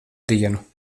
dienu